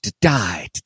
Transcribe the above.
die